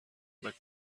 but